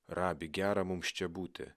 rabi gera mums čia būti